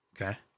Okay